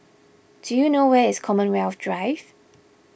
do you know where is Commonwealth Drive